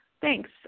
thanks